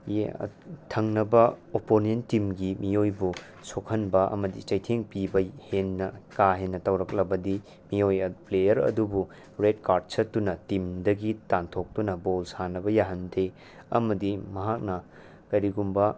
ꯊꯪꯅꯕ ꯑꯣꯄꯣꯅꯦꯟ ꯇꯤꯝꯒꯤ ꯃꯤꯑꯣꯏꯕꯨ ꯁꯣꯛꯍꯅꯕ ꯑꯃꯗꯤ ꯆꯩꯊꯦꯡ ꯄꯤꯕ ꯍꯦꯟꯅ ꯀꯥ ꯍꯦꯟꯅ ꯇꯧꯔꯛꯂꯕꯗꯤ ꯝꯤꯑꯣꯏ ꯄ꯭ꯂꯦꯌ꯭ꯔ ꯑꯗꯨꯕꯨ ꯔꯦꯠ ꯀꯥ꯭ꯔꯗ ꯁꯠꯇꯨꯅ ꯇꯤꯝꯗꯒꯤ ꯇꯥꯟꯊꯣꯛꯇꯨꯅ ꯕꯣꯜ ꯁꯥꯟꯅꯕ ꯌꯥꯍꯟꯗꯦ ꯑꯃꯗꯤ ꯃꯍꯥꯛꯅ ꯃꯔꯤꯒꯨꯝꯕ